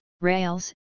rails